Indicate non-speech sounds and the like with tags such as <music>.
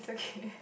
it's okay <breath>